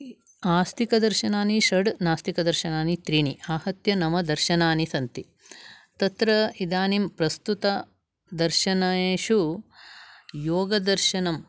आस्तिकदर्शनानि षड् नास्तिकदर्शनानि त्रीणि आहत्य नव दर्शनानि सन्ति तत्र इदानीं प्रस्तुत दर्शनेषु योगदर्शनम्